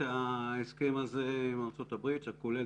ההסכם הזה עם ארצות הברית שכולל,